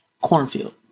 cornfield